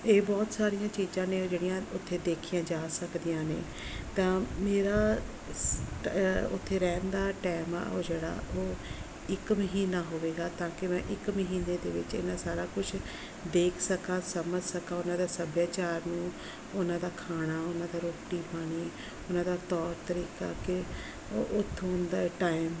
ਇਹ ਬਹੁਤ ਸਾਰੀਆਂ ਚੀਜ਼ਾਂ ਨੇ ਉਹ ਜਿਹੜੀਆਂ ਉੱਥੇਂ ਦੇਖੀਆਂ ਜਾ ਸਕਦੀਆਂ ਨੇ ਤਾਂ ਮੇਰਾ ਸ ਉੱਥੇ ਰਹਿਣ ਦਾ ਟੈਮ ਆ ਉਹ ਜਿਹੜਾ ਉਹ ਇੱਕ ਮਹੀਨਾ ਹੋਵੇਗਾ ਤਾਂ ਕਿ ਮੈਂ ਇੱਕ ਮਹੀਨੇ ਦੇ ਵਿੱਚ ਇੰਨਾ ਸਾਰਾ ਕੁਛ ਦੇਖ ਸਕਾਂ ਸਮਝ ਸਕਾਂ ਉਹਨਾਂ ਦਾ ਸੱਭਿਆਚਾਰ ਨੂੰ ਉਹਨਾਂ ਦਾ ਖਾਣਾ ਉਹਨਾਂ ਦਾ ਰੋਟੀ ਪਾਣੀ ਉਹਨਾਂ ਦਾ ਤੌਰ ਤਰੀਕਾ ਕਿ ਉੱਥੋਂ ਦਾ ਟਾਈਮ